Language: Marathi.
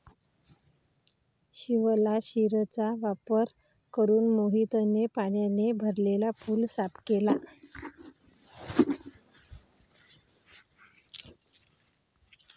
शिवलाशिरचा वापर करून मोहितने पाण्याने भरलेला पूल साफ केला